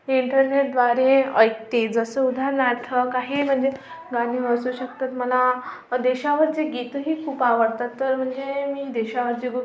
इंटरनेटद्वारे ऐकते जसं उदाहरणार्थ काही म्हणजे गाणी असू शकतात मला देशावरचे गीतही खूप आवडतात तर म्हणजे मी देशावरचे खूप